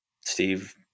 Steve